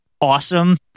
awesome